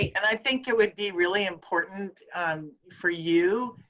and i think it would be really important for you,